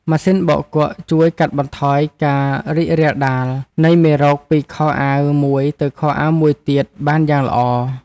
ម៉ាស៊ីនបោកគក់ជួយកាត់បន្ថយការរីករាលដាលនៃមេរោគពីខោអាវមួយទៅខោអាវមួយទៀតបានយ៉ាងល្អ។